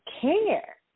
care